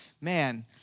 man